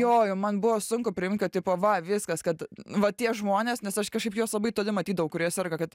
jo man buvo sunku priimt kad tipo va viskas kad va tie žmonės nes aš kažkaip juos labai toli matydavau kurie serga kad